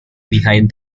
behind